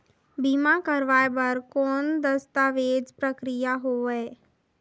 बीमा करवाय बार कौन दस्तावेज प्रक्रिया होएल?